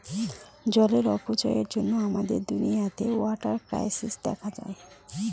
জলের অপচয়ের জন্য আমাদের দুনিয়াতে ওয়াটার ক্রাইসিস দেখা দেয়